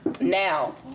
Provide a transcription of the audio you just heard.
Now